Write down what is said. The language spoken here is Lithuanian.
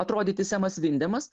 atrodyti semas vindemas